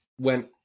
went